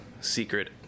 secret